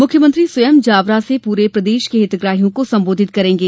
वे स्वयं जावरा से पूरे प्रदेश के हितग्राहियों को संबोधित करेंगे